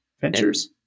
Ventures